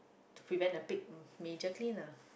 to prevent the big major clean lah